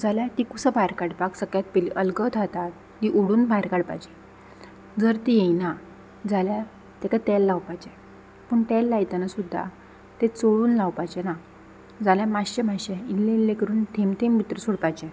जाल्यार ती कुसां भायर काडपाक सगळ्यांत पयलीं अलगद हातान ती ओडून भायर काडपाचीं जर तीं येयना जाल्यार तेका तेल लावपाचें पूण तेल लायतना सुद्दां तें चोळून लावपाचें ना जाल्यार मातशें मातशें इल्लें इल्लें करून थेंब थेंब भितर सोडपाचें